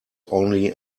only